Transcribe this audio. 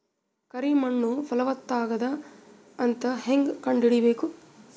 ಕರಿ ಮಣ್ಣು ಫಲವತ್ತಾಗದ ಅಂತ ಹೇಂಗ ಕಂಡುಹಿಡಿಬೇಕು?